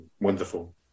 wonderful